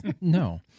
No